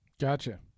gotcha